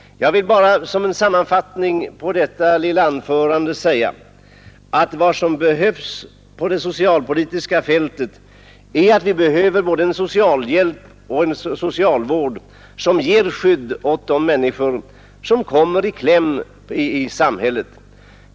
Jag vill bara som en sammanfattning av detta lilla anförande säga att vad som behövs på det socialpolitiska fältet är både en socialhjälp och en socialvård som ger skydd åt de människor som kommer i kläm i samhället.